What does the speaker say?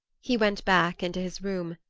he went back into his room,